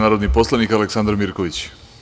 Reč ima narodni poslanik Aleksandar Mirković.